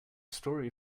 story